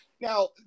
Now